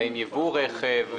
בהם יבוא רכב,